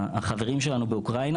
החברים שלנו באוקראינה,